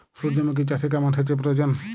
সূর্যমুখি চাষে কেমন সেচের প্রয়োজন?